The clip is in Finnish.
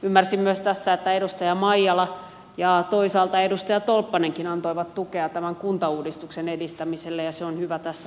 ymmärsin myös tässä että edustaja maijala ja toisaalta edustaja tolppanenkin antoivat tukea tämän kuntauudistuksen edistämiselle ja se on hyvä tässä vaiheessa kuulla